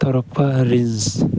ꯇꯧꯔꯛꯄ ꯔꯤꯜꯁ